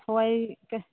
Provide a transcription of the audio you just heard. ꯍꯋꯥꯏ